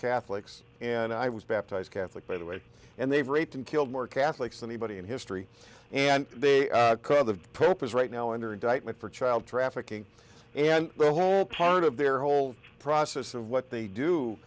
catholics and i was baptized catholic by the way and they raped and killed more catholics than anybody in history and they are the purpose right now under indictment for child trafficking and the whole part of their whole process and what they do